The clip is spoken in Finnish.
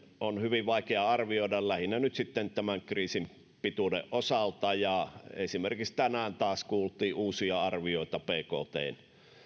on hyvin vaikea arvioida lähinnä nyt sitten tämän kriisin pituuden osalta esimerkiksi tänään taas kuultiin uusia arvioita bktstä